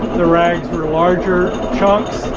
the rags were larger chunks.